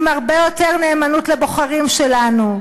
עם הרבה יותר נאמנות לבוחרים שלנו,